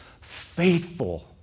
faithful